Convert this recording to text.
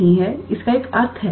नहीं है इसका एक अर्थ है